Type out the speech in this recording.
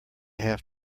have